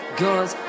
guns